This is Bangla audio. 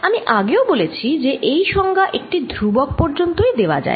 আমি আগেও বলেছি যে এই সংজ্ঞা একটি ধ্রুবক পর্যন্তই দেওয়া যায়